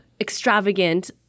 extravagant